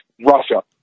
Russia